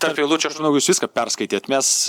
tarp eilučių aš manau jūs viską perskaitėt mes